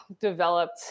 developed